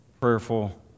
prayerful